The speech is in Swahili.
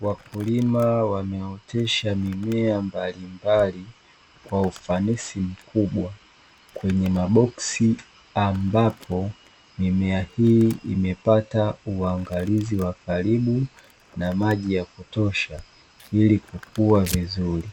wakulima wanaotesha mimea mbalimbali kwa ufanisi mkubwa kwenye maboksi ambapo mimea hii imepata uangalizi wa karibu na maji ya kutosha ili kukua vizuri.